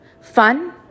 fun